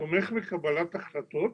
תומך בקבלת החלטות